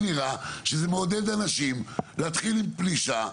זה נראה שזה מעודד אנשים להתחיל עם פלישה,